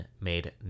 made